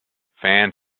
fans